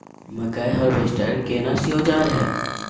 मकई हारवेस्टर केना सी औजार हय?